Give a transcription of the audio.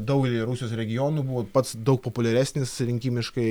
daugelyje rusijos regionų buvo pats daug populiaresnis rinkimiškai